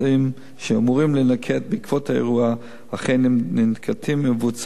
שאמורים להינקט בעקבות האירוע אכן ננקטים ומבוצעים,